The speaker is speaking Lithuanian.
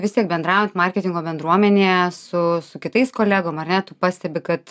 vis tiek bendraujan marketingo bendruomenėje su su kitais kolegom ar ne tu pastebi kad